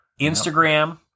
Instagram